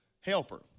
helper